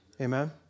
Amen